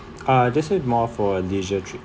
uh this is more for leisure trip